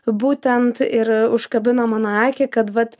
būtent ir užkabino mano akį kad vat